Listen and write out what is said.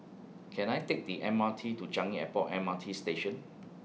Can I Take The M R T to Changi Airport M R T Station